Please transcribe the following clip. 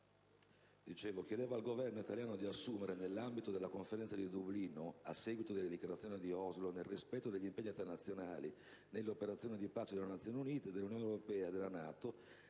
giorno chiedeva al Governo italiano di assumere «nell'ambito della Conferenza di Dublino a seguito della dichiarazione di Oslo nel rispetto degli impegni internazionali nelle operazioni di pace delle Nazioni Unite, dell'Unione europea e dell'Alleanza